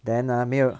then ah 没有